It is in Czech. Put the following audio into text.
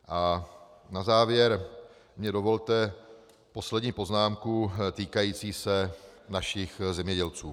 A na závěr mně dovolte poslední poznámku týkající se našich zemědělců.